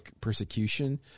persecution